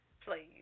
Please